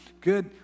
good